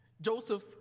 Joseph